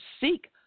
seek